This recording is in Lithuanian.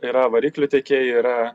yra variklių tiekėjai yra